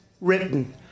written